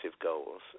goals